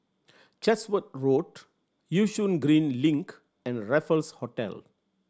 Chatsworth Road Yishun Green Link and Raffles Hotel